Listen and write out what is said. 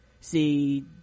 see